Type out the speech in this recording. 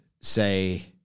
say